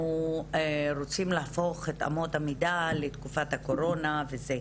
רוצים להפוך את אמות המידה לתקופת הקורונה וזה.